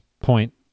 point